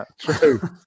true